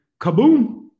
kaboom